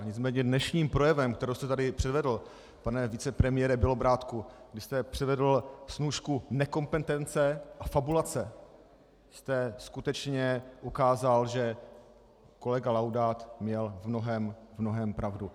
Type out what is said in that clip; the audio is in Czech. Nicméně dnešním projevem, který jste tady předvedl, pane vicepremiére Bělobrádku, vy jste předvedl snůšku nekompetence a fabulace, jste skutečně ukázal, že kolega Laudát měl v mnohém pravdu.